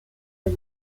del